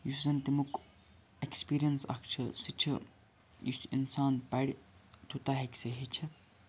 یُس زَن تَمیُک ایٚکٕسپیٖرِیَنٕس اکھ چھُ سُہ چھُ یُس اِنسان پَرِ تیوٗتاہ ہیٚکہِ سُہ ہیٚچھِتھ